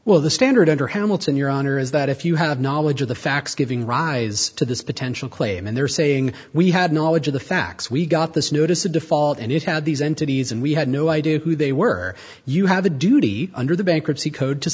well the standard under hamilton your honor is that if you have knowledge of the facts giving rise to this potential claim and they're saying we had knowledge of the facts we got this notice of default and it had these entities and we had no idea who they were you have a duty under the bankruptcy code to